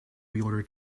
reorder